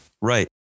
Right